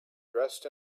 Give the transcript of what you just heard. dressed